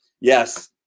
Yes